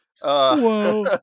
Whoa